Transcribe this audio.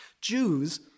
Jews